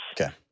Okay